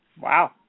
Wow